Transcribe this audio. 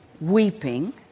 weeping